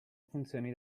funzioni